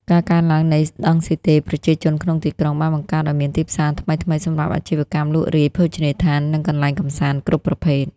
ការកើនឡើងនៃដង់ស៊ីតេប្រជាជនក្នុងទីក្រុង បានបង្កើតឱ្យមានទីផ្សារថ្មីៗសម្រាប់អាជីវកម្មលក់រាយ ភោជនីយដ្ឋាន និងកន្លែងកម្សាន្តគ្រប់ប្រភេទ។